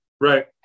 Right